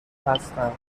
هستم